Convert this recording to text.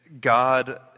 God